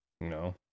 no